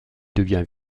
devient